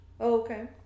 Okay